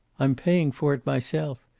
i'm paying for it myself.